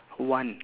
one